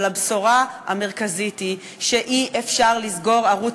אבל הבשורה המרכזית היא שאי-אפשר לסגור ערוץ